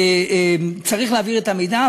צריך להעביר את המידע,